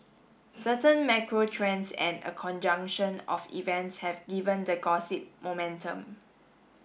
certain macro trends and a conjunction of events have given the gossip momentum